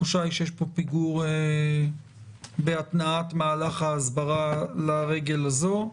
התחושה היא שיש פה פיגור בהתנעת מהלך ההסברה לרגל הזו,